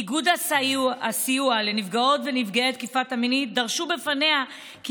איגוד הסיוע לנפגעות ונפגעי תקיפה מינית דרש בפניה כי